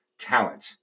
talent